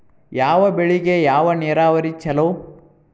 ಯಾವ ಬೆಳಿಗೆ ಯಾವ ನೇರಾವರಿ ಛಲೋ?